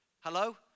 Hello